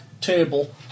table